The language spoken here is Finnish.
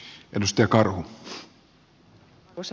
arvoisa puhemies